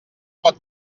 pot